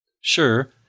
Sure